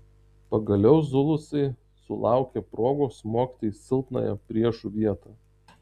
pagaliau zulusai sulaukė progos smogti į silpnąją priešų vietą